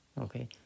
Okay